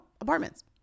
apartments